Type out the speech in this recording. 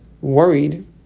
worried